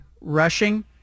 rushing